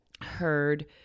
heard